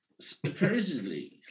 supposedly